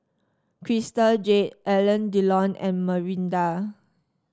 Crystal Jade Alain Delon and Mirinda